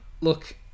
look